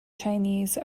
chinese